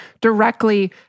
directly